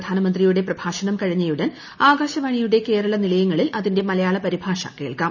പ്രധാനമന്ത്രിയുട പ്രഭാഷണം കഴിഞ്ഞയുടൻ ആകാശവാണിയുടെ കേരളനിലയങ്ങളിൽ അതിന്റെ മലയാള പരിഭാഷ കേൾക്കാം